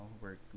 work